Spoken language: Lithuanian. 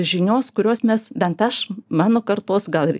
žinios kurios mes bent aš mano kartos gal ir